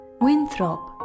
Winthrop